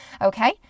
okay